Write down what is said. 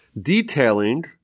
detailing